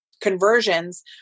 conversions